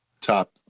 top